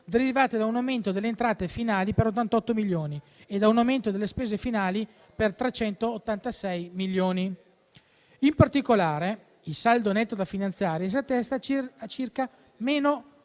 derivante da un aumento delle entrate finali per 88 milioni e da un aumento delle spese finali per 386 milioni. In particolare, il saldo netto da finanziare si attesta a circa -256